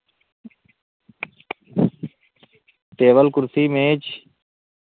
table कुर्सी मेज